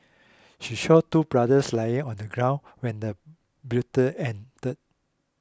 she saw two brothers lying on the ground when the ended